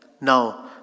now